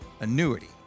annuity